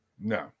No